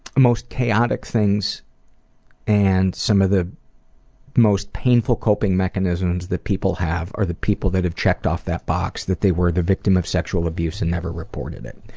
most chaotic things and some of the most painful coping mechanisms that people have are the people that have checked off that box, that they were the victim of sexual abuse and never reported it.